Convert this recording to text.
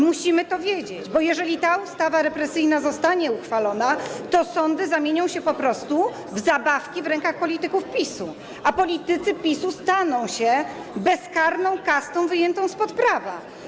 Musimy to wiedzieć, bo jeżeli ta ustawa represyjna zostanie uchwalona, to sądy zamienią się po prostu w zabawki w rękach polityków PiS-u, a politycy PiS-u staną się bezkarną kastą wyjętą spod prawa.